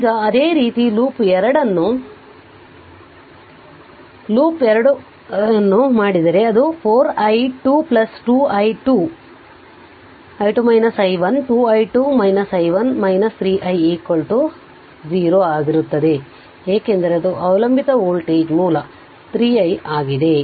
ಈಗ ಅದೇ ರೀತಿ ಲೂಪ್ 2 ಅನ್ನು ಲೂಪ್ 2 ಮಾಡಿದರೆ ಅದು 4 i2 4 i2 2 i2 i2 i1 2 i2 i1 3 i 0 ಆಗಿರುತ್ತದೆ ಏಕೆಂದರೆ ಅದು ಅವಲಂಬಿತ ವೋಲ್ಟೇಜ್ ಮೂಲ 3 i ಆಗಿದೆ